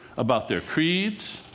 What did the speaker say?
about their creeds,